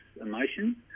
emotions